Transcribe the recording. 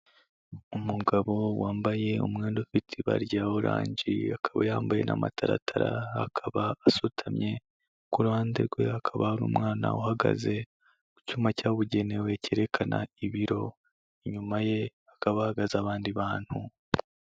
Umugabo wambaye umwenda ufite ibara rya oranje, akaba yambaye n' amataratara, akaba asutamye, ku ruhande rwe akaba hari umwana uhagaze, ku cyuma cyabugenewe cyerekana ibiro, inyuma ye akaba ahagaze abandi bantu.